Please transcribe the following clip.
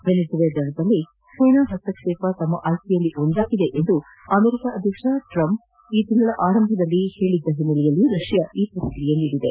ವೆನಿಜುವೆಲಾದಲ್ಲಿ ಸೇನಾ ಹಸ್ತಕ್ಷೇಪ ತಮ್ಮ ಆಯ್ಕೆಯಲ್ಲಿ ಒಂದಾಗಿದೆ ಎಂದು ಅಮೆರಿಕ ಅಧ್ಯಕ್ಷ ಡೊನಾಲ್ಡ್ ಟ್ರಂಪ್ ಈ ತಿಂಗಳ ಆರಂಭದಲ್ಲಿ ಸಷ್ಟಪಡಿಸಿದ ಹಿನ್ನೆಲೆಯಲ್ಲಿ ರಷ್ಯಾ ಈ ಪ್ರತಿಕ್ರಿಯೆ ನೀಡಿದೆ